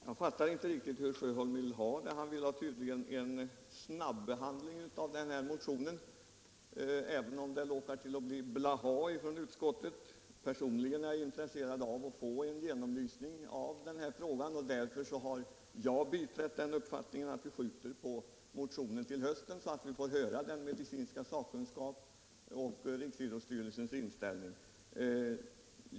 Fru talman! Tydligen vill herr Sjöholm ha en snabbehandling av den här motionen, även om utskottets svar råkar bli ett blaha. Personligen är jag intresserad av att få en genomlysning av frågan, och därför har jag biträtt den uppfattningen att vi bör skjuta på motionen till hösten, så att vi får ta del av den medicinska sakkunskapen och Riksidrottsstyrelsens inställning.